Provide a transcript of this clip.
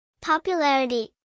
Popularity